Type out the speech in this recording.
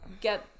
get